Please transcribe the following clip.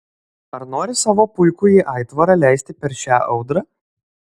ar nori savo puikųjį aitvarą leisti per šią audrą